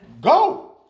go